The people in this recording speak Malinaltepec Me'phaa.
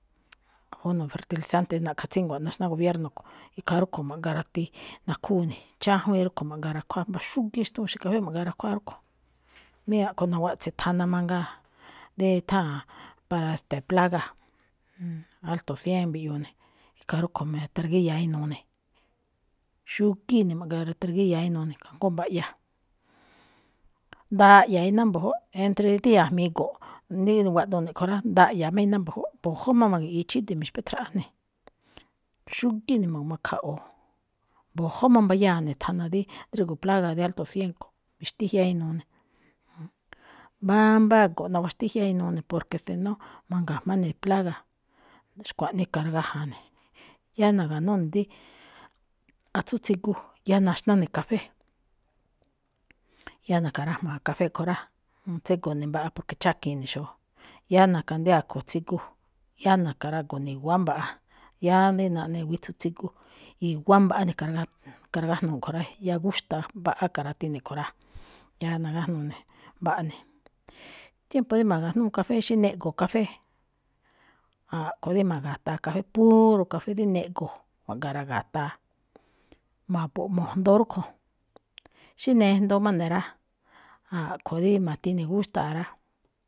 Bueno fertilizante rí na̱ꞌkha̱ tsíngua̱ꞌ rí naxná gobierno kho̱, ikhaa rúꞌkho̱ ma̱ꞌgarati nakhúu ne̱, chajwíin rúꞌkho̱ ma̱ꞌgarakhuáa mbá xúgíí xtuun xe̱kafé ma̱ꞌgarakhuáa rúꞌkho̱. Mí a̱ꞌkhue̱n ma̱waꞌtse̱ thana mangaa, dí etháa̱n para, es̱te̱e̱, plaga, alto cien mbiꞌyuu ne̱, khaa rúꞌkho̱ mi̱targíya̱áꞌ inuu ne̱, xúgíí ne̱ ma̱ꞌgaratargíya̱áꞌ inuu ne̱, kajngó mba̱ꞌya. Ndaꞌya̱a iná mbu̱júꞌ, entre dí a̱jmi̱i go̱nꞌ dí niwaꞌgu ne̱ kho̱ rá, ndaꞌya̱a má iná mbu̱júꞌ, mbu̱júꞌ má ma̱gi̱ꞌi̱i chíde̱ mi̱xpatráꞌáá ne̱, xúgíí ne̱ ma̱gu̱makhaꞌwu̱u. Bu̱jú má mbayáa ne̱ thana dí drígo̱o̱ plaga de alto cien, mi̱xtíjyáá inuu ne̱. Mbámbáa go̱nꞌ nawaxtíjyáá inuu ne̱, porque si no, ma̱jga̱jmá ne̱ plaga, xkuaꞌnii ka̱ragaja̱a̱ ne̱. Yáá na̱ga̱nú ne̱ dí atsú tsigu, yáá naxná ne̱ kafé, yáá na̱ka̱rajma̱a̱ kafé kho̱ rá. Tségo mbaꞌa ne̱, porque chákiin ne̱ xóó. Yáá na̱ka̱ ne dí akho̱ tsigu, yáá na̱ka̱rago̱ ne̱ i̱wa̱á mbaꞌa. Yáá dí naꞌne witsu tsigu, i̱wa̱á mbaꞌa ne̱ ka̱ragájnuu kho̱ rá, yáá gúxta̱a̱ mbaꞌa ka̱rati ne kho̱ rá, yáá nagájnuu ne̱, mbaꞌa ne̱. Tiempo dí ma̱ga̱jnúu kafé, xí neꞌgo̱o̱ kafé, a̱ꞌkhue̱n dí ma̱ga̱taa kafé, puro kafé de neꞌgo̱o̱, ma̱ꞌgaraga̱taa, ma̱bo̱o̱ꞌ mo̱jndoo rúꞌkho̱. Xí nejndoo má ne̱ rá, a̱ꞌkho̱ dí ma̱ti ne̱ gúxta̱a̱ rá.